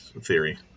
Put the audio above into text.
theory